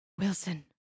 Wilson